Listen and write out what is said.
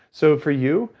so, for you,